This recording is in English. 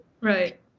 right